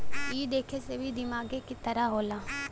ई देखे मे भी दिमागे के तरह होला